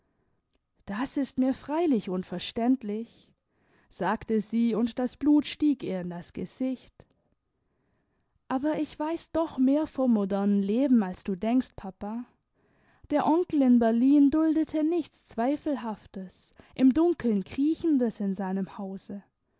das ist mir freilich unverständlich sagte sie und das blut stieg ihr in das gesicht aber ich weiß doch mehr vom modernen leben als du denkst papa der onkel in berlin duldet nichts zweifelhaftes im dunkeln kriechendes in seinem hause